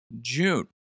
June